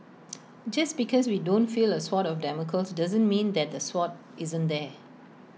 just because we don't feel A sword of Damocles doesn't mean that the sword isn't there